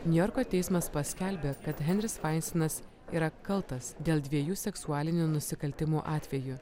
niujorko teismas paskelbė kad henris veinsteinas yra kaltas dėl dviejų seksualinių nusikaltimų atvejų